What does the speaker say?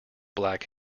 black